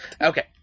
Okay